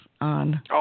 on